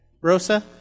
Rosa